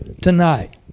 Tonight